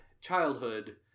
childhood